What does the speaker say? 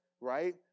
right